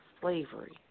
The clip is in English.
slavery